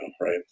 right